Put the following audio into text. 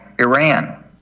Iran